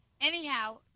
Anyhow